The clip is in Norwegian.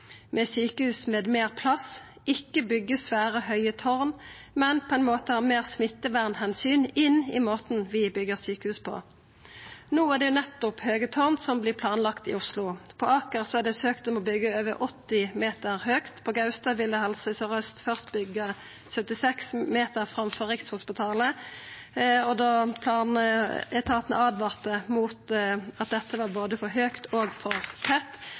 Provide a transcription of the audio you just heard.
med sykehus med mer plass, ikke bygge svære høye tårn, men på en måte ha mer smittevernhensyn inn i måten vi bygger sykehus på.» No er det nettopp høge tårn som vert planlagde i Oslo. På Aker er det søkt om å byggja over 80 meter høgt, på Gaustad ville Helse Sør-Øst først byggja 76 meter framfor Rikshospitalet, og då planetaten åtvara om at dette var både for høgt og for tett,